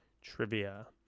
trivia